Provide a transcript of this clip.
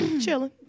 chilling